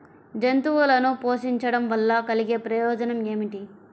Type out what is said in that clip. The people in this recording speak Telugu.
జంతువులను పోషించడం వల్ల కలిగే ప్రయోజనం ఏమిటీ?